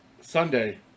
Sunday